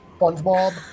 Spongebob